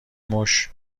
موش